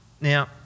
Now